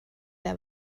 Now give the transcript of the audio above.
der